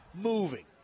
moving